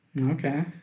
Okay